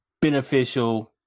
beneficial